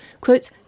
quote